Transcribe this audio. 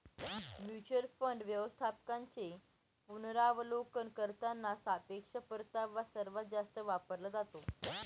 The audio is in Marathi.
म्युच्युअल फंड व्यवस्थापकांचे पुनरावलोकन करताना सापेक्ष परतावा सर्वात जास्त वापरला जातो